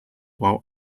while